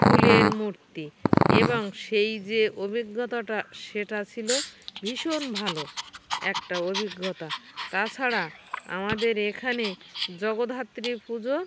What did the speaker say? ফুলের মূর্তি এবং সেই যে অভিজ্ঞতাটা সেটা ছিলো ভীষণ ভালো একটা অভিজ্ঞতা তাছাড়া আমাদের এখানে জগদ্ধাত্রী পুজো